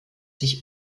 sich